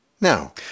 Now